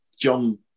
John